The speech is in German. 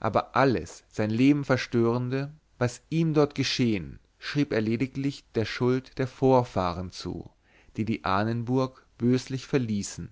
aber alles sein leben verstörende was ihm dort geschehen schrieb er lediglich der schuld der vorfahren zu die die ahnenburg böslich verließen